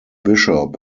bishop